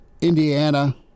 Indiana